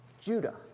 Judah